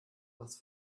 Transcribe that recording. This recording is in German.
was